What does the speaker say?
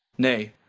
nay,